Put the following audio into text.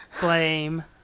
blame